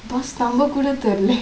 bus number கூட தெரியல:kuda theriyala